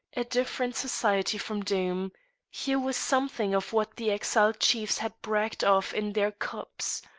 a different society from doom here was something of what the exiled chiefs had bragged of in their cups.